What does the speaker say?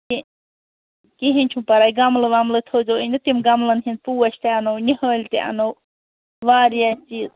کِہیٖنٛۍ چھُنہٕ پَرواے گملہٕ وَملہٕ تھٲوِزیٚو أنِتھ تِم گَملَن ہٕنٛدۍ پوش تہِ اَنو نِہٲلۍ تہِ اَنو واریاہ چیٖز